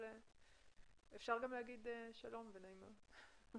אבל אפשר גם לומר שלום ונעים מאוד.